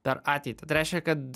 per ateitį tai reiškia kad